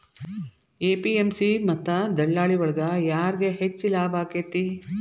APMC ಮತ್ತ ದಲ್ಲಾಳಿ ಒಳಗ ಯಾರಿಗ್ ಹೆಚ್ಚಿಗೆ ಲಾಭ ಆಕೆತ್ತಿ?